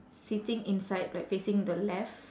sitting inside like facing the left